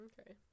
okay